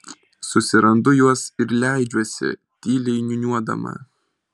susirandu juos ir leidžiuosi tyliai niūniuodama